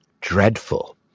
dreadful